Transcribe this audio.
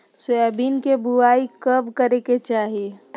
Soybean के बुआई कब करे के चाहि?